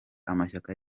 amashyaka